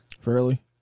Fairly